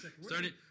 Starting